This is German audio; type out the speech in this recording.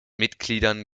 mitgliedern